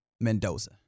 Mendoza